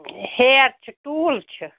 ہیٚر چھِ ٹوٗل چھِ